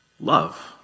love